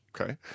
Okay